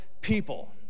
people